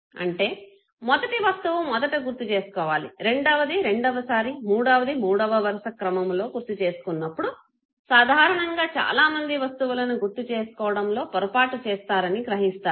అంటే మొదటి వస్తువు మొదట గుర్తు చేసుకోవాలి రెండవది రెండవసారి మూడవది మూడవ వరుస క్రమములో గుర్తు చేసుకున్నప్పుడు సాధారణంగా చాలా మంది వస్తువులను గుర్తు చేసుకోవడంలో పొరపాటు చేస్తారని గ్రహిస్తారు